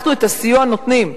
אנחנו את הסיוע נותנים,